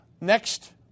Next